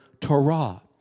Torah